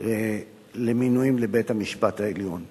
במינויים לבית-המשפט העליון.